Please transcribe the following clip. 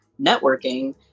networking